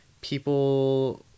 people